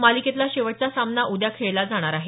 मालिकेतला शेवटचा सामना उद्या खेळला जाणार आहे